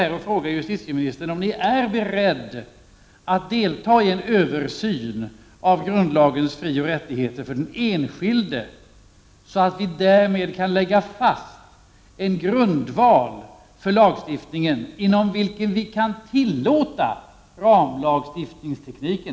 Är justitieministern beredd att delta i en översyn av grundlagens kapitel om frioch rättigheter för den enskilde, så att vi därmed skulle kunna lägga fast en grundval för lagstiftning inom vilken vi kan tillåta ramlagstiftningsteknik?